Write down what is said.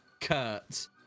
Kurt